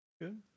good